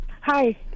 hi